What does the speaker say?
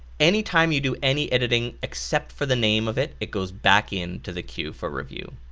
anytime you do any editing except for the name of it, it goes back in to the queue for review.